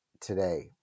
today